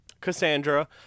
Cassandra